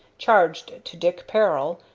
charged to dick peril,